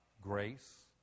grace